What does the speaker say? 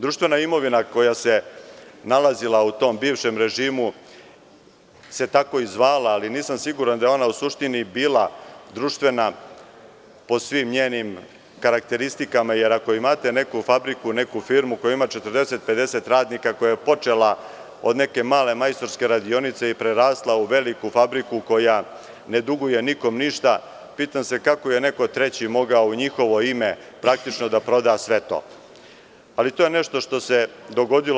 Društvena imovina koja se nalazila u tom bivšem režimu se tako i zvala, ali nisam siguran da je ona u suštini bila društvena po svim njenim karakteristikama, jer ako imate neku fabriku, neku firmu koja ima 40, 50 radnika, koja je počela od neke male majstorske radionice i prerasla u veliku fabriku koja ne duguje nikom ništa, pitam se kako je neko treći moga u njihovo ime da proda sve to, ali to je nešto što se dogodilo.